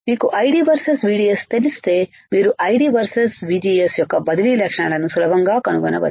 మీకు ID versus VDSతెలిస్తే మీరు ID వర్సెస్ VGSయొక్క బదిలీ లక్షణాలను సులభంగా కనుగొనవచ్చు